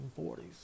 1940s